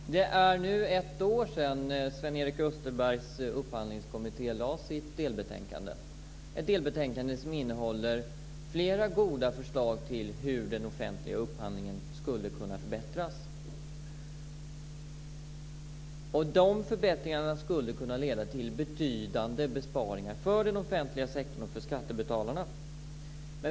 Fru talman! Det är nu ett år sedan Upphandlingskommittén med Sven-Erik Österberg som ordförande lade fram sitt delbetänkande. Det är ett delbetänkande som innehåller flera goda förslag till hur den offentliga upphandlingen skulle kunna förbättras. De förbättringarna skulle kunna leda till betydande besparingar för den offentliga sektorn och för skattebetalarna.